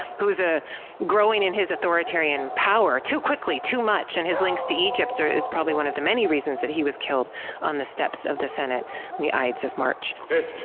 who is ah growing in his authoritarian power too quickly, too much, and his links to egypt is probably one of the many reasons that he was killed on the steps of the senate on the ides of march.